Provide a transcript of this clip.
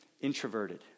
introverted